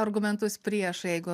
argumentus prieš jeigu